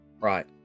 Right